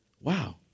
wow